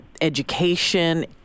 education